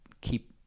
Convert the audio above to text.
keep